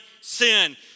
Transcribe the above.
sin